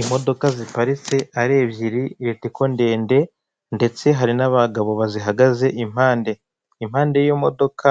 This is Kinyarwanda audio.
Imodoka ziparitse ari ebyiri, ritiko ndende ndetse hari n'abagabo bazihagaze impande, impande y'iyo modoka